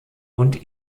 und